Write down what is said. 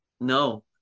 No